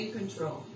control